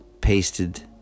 pasted